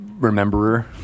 rememberer